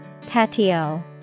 Patio